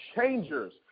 changers